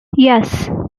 yes